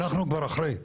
אנחנו כבר אחרי,